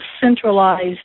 centralized